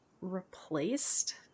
replaced